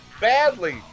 badly